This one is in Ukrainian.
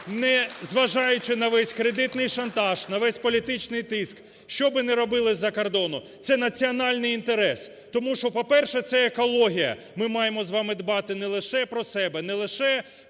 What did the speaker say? незважаючи на весь кредитний шантаж, на весь політичний тиск, що би не робили з-закордону, – це національний інтерес. Тому що, по-перше, це екологія. Ми маємо з вами дбати не лише про себе, не лише